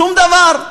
שום דבר.